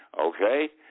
okay